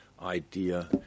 Idea